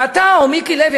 ואתה או מיקי לוי,